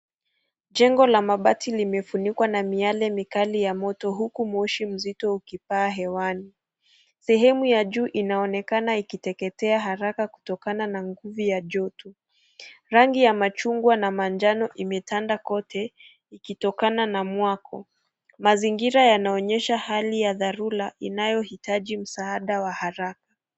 Jengo la mabati limefunikwa na miale mikali ya moto huku moshi mzito ukipaa hewani. Sehemu ya juu inaonekana ikiteketea haraka kutokana na nguvu ya joto rangi ya machungwa na manjano imetanda kote ikitokana na mwako. Mazingira yanaonyesha hali ya dharura inayohitaji msaada wa haraka.